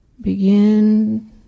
Begin